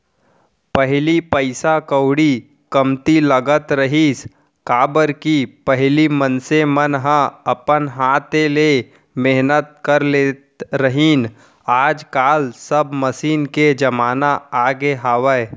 पहिली पइसा कउड़ी कमती लगत रहिस, काबर कि पहिली मनसे मन ह अपन हाथे ले मेहनत कर लेत रहिन आज काल सब मसीन के जमाना आगे हावय